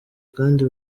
kandi